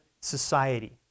society